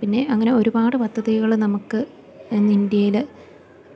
പിന്നെ അങ്ങനെ ഒരുപാട് പദ്ധതികള് നമുക്ക് ഇന്ന് ഇന്ത്യയിൽ